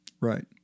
Right